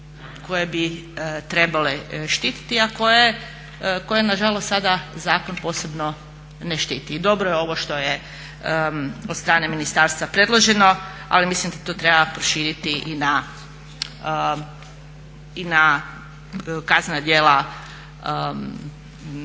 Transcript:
koje bi trebale štititi, a koje nažalost sada zakon posebno ne štiti. Dobro je ovo što je od strane ministarstva predloženo, ali mislim da to treba proširiti i na kaznena djela teškog